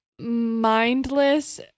mindless